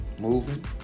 Moving